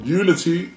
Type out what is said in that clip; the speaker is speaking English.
unity